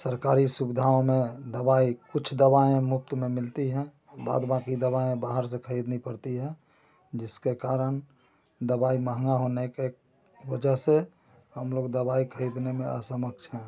सरकारी सुविधाओं में दवाई कुछ दवाएं मुफ्त में मिलती हैं बाद बाकी दवाएं बाहर से खरीदनी पड़ती हैं जिसके कारण दवाई मंहगा होने के वजह से हम लोग दवाई खरीदने में अक्षम हैं